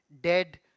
dead